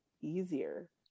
easier